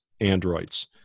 androids